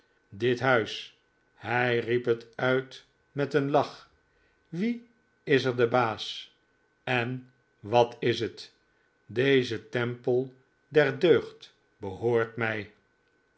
dit huis hij riep het uit met een lach wie is er baas en wat is het deze tempel der deugd behoort mij